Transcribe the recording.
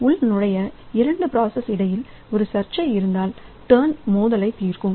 எனவே உள்நுழைய இரண்டு பிராசஸ் இடையில் ஒரு சர்ச்சை இருந்தால் டர்ன் மோதலைத் தீர்க்கும்